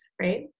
right